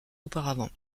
auparavant